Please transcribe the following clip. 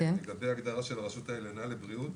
לגבי הגדרה של הרשות העליונה לבריאות,